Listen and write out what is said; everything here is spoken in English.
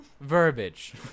Verbiage